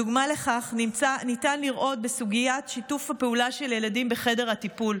דוגמה לכך ניתן לראות בסוגיית שיתוף הפעולה של ילדים בחדר הטיפול.